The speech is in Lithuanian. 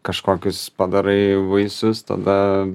kažkokius padarai vaisius tada